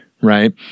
Right